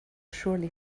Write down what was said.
surely